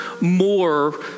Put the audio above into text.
more